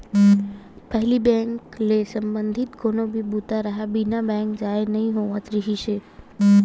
पहिली बेंक ले संबंधित कोनो भी बूता राहय बिना बेंक जाए नइ होवत रिहिस हे